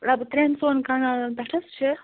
ترٛین ژۄن کَنالن پٮ۪ٹھ حظ چھِ